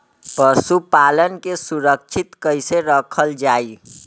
पशुपालन के सुरक्षित कैसे रखल जाई?